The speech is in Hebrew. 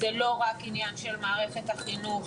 זה לא רק עניין של מערכת החינוך,